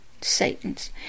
Satan's